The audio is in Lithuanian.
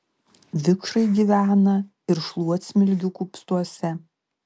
vikšrai gyvena ir šluotsmilgių kupstuose